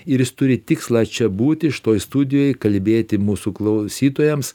ir jis turi tikslą čia būti šitoj studijoj kalbėti mūsų klausytojams